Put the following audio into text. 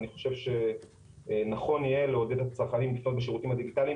אני חושב שנכון יהיה לעודד את הצרכנים לפנות בשירותים הדיגיטליים.